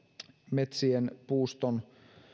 metsien puuston